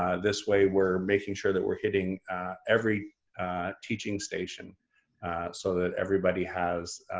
ah this way we're making sure that we're hitting every teaching station so that everybody has